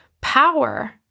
power